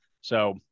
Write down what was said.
So-